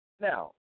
Now